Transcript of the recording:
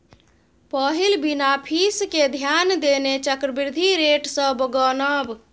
पहिल बिना फीस केँ ध्यान देने चक्रबृद्धि रेट सँ गनब